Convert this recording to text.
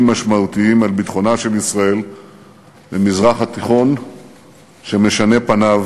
משמעותיים על ביטחונה של ישראל במזרח התיכון שמשנה פניו,